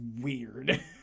weird